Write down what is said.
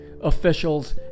officials